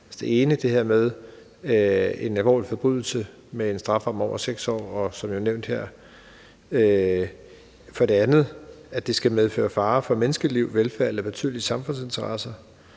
der være tale om en alvorlig forbrydelse med en strafferamme på over 6 år, som det blev nævnt her. For det andet skal det medføre fare for menneskeliv, velfærd eller betydelige samfundsværdier.